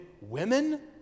women